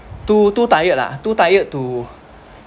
too too tired lah too tired to